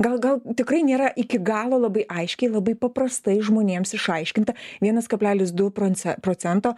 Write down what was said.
gal gal tikrai nėra iki galo labai aiškiai labai paprastai žmonėms išaiškinta vienas kablelis du pronce procento